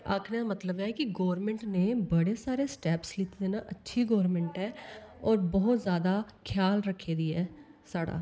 आक्खने दा मतलब ऐ कि गौरमेंट ने बड़े सारे स्टेपस लैते दे न अच्छी गौरमेंट ऐ होर बहुत ज्यादा ख्याल रक्खै दी ऐ साढ़ा